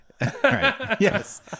Yes